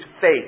faith